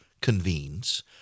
convenes